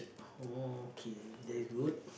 oh okay that is good